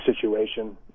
situation